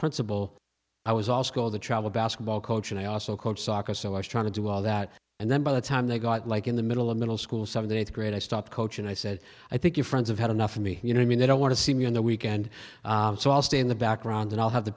principal i was also called the travel basketball coach and i also coach soccer so i was trying to do all that and then by the time they got like in the middle of middle school seventh grade i stopped coach and i said i think your friends have had enough for me you know i mean they don't want to see me on the weekend so i'll stay in the background and i'll have the